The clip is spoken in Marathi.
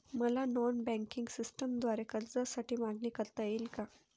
मला नॉन बँकिंग सिस्टमद्वारे कर्जासाठी मागणी करता येईल का?